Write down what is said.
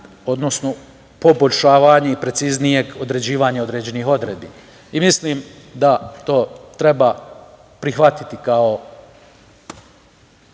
odnosno, poboljšavanja, preciznijeg određivanja određenih odredbi. Mislim da to treba prihvatiti kao